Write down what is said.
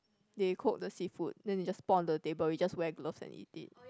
they cook the seafood then they just pour on the table we just wear gloves and eat it